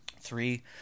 Three